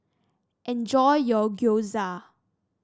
enjoy your Gyoza